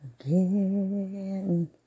Again